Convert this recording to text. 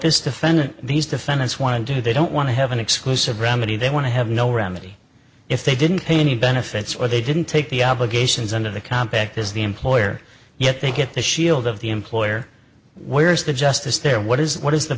this defendant these defendants wanted to do they don't want to have an exclusive remedy they want to have no remedy if they didn't pay any benefits or they didn't take the obligations under the compact is the employer yet they get the shield of the employer where's the justice there what is what is the